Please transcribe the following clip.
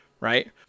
right